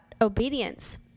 obedience